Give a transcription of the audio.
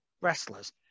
wrestlers